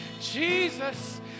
Jesus